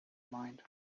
mind